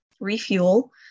refuel